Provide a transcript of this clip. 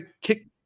kick